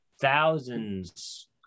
thousands